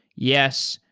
yes.